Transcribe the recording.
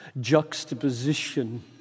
juxtaposition